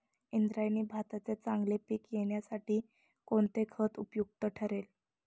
इंद्रायणी भाताचे चांगले पीक येण्यासाठी कोणते खत उपयुक्त ठरेल?